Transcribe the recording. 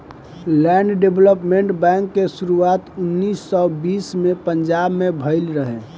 land development bank के शुरुआत उन्नीस सौ बीस में पंजाब में भईल रहे